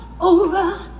over